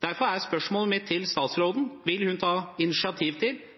Derfor er spørsmålet mitt til statsråden: Vil hun ta initiativ til